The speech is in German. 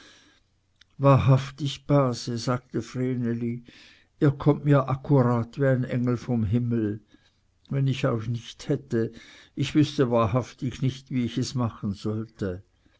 wahrhaftig base sagte vreneli ihr kommt mir akkurat wie ein engel vom himmel wenn ich euch nicht hätte ich wüßte wahrhaftig nicht wie ich es machen sollte